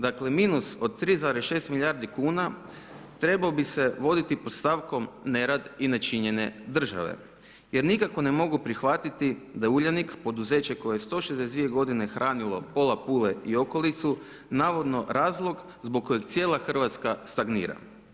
Dakle, minus od 3,6 milijardi kuna trebao bi se voditi pod stavkom nerad i nečinjenje države, jer nikako ne mogu prihvatiti da Uljanik, poduzeće koje je 162 godine hranilo pola Pule i okolicu, navodno razlog zbog kojeg cijela Hrvatska stagnira.